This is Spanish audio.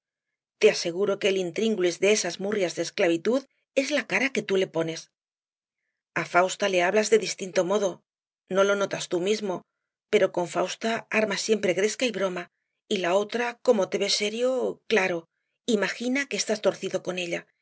te aseguro que el intringulis de esas murrias de esclavitud es la cara que tú le pones a fausta le hablas de distinto modo no lo notas tú mismo pero con fausta armas siempre gresca y broma y la otra como te ve serio claro imagina que estás torcido con ella